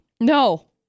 No